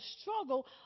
struggle